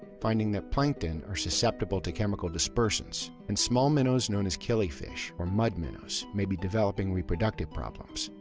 finding that plankton are susceptible to chemical dispersants and small minnows known as killi fish, or mud minnows, may be developing reproductive problems.